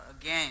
again